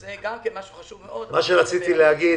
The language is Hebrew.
זה גם כן משהו חשוב מאוד --- רציתי להגיד